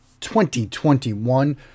2021